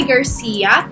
Garcia